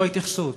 זו ההתייחסות.